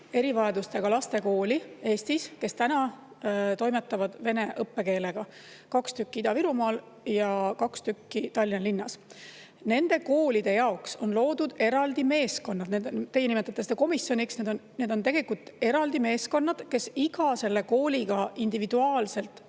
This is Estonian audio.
erivajadustega laste kooli Eestis, kes täna toimetavad vene õppekeelega – kaks tükki Ida-Virumaal ja kaks tükki Tallinnas. Nende koolide jaoks on loodud eraldi meeskonnad. Teie nimetate seda komisjoniks, aga need on tegelikult eraldi meeskonnad, kes iga kooliga individuaalselt